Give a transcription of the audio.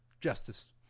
justice